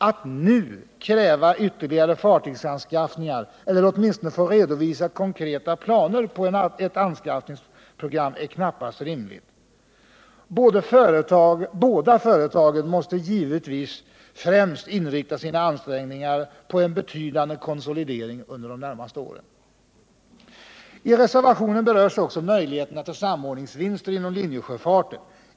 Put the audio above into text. Att nu kräva ytterligare fartygsanskaffningar eller åtminstone få redovisat konkreta planer på ett anskaffningsprogram är knappast rimligt. Båda företagen måste givetvis främst inrikta sina ansträngningar på en betydande konsolidering under de närmaste åren. I reservation 1 berörs också möjligheterna till samordningsvinster inom linjesjöfarten.